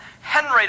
Henry